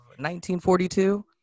1942